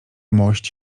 mość